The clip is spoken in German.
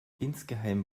insgeheim